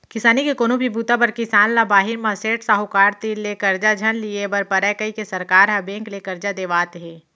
किसानी के कोनो भी बूता बर किसान ल बाहिर म सेठ, साहूकार तीर ले करजा झन लिये बर परय कइके सरकार ह बेंक ले करजा देवात हे